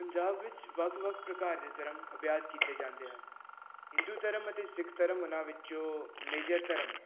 ਪੰਜਾਬ ਵਿੱਚ ਵੱਖ ਵੱਖ ਪ੍ਰਕਾਰ ਦੇ ਧਰਮ ਅਭਿਆਸ ਕੀਤੇ ਜਾਂਦੇ ਹਨ ਹਿੰਦੂ ਧਰਮ ਅਤੇ ਸਿੱਖ ਧਰਮ ਉਹਨਾਂ ਵਿੱਚੋਂ ਮੇਜਰ ਧਰਮ ਨੇ